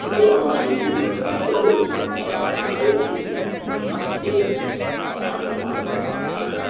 जौंँ अहाँ हिन्दी गीत गबैत छी आओर अहाँ चाहैत छी जे एतऽ प्रसिद्धि प्राप्त हो आओर अहाँके मान सम्मान बढ़ै